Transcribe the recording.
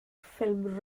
ffilm